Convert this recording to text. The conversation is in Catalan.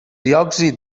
diòxid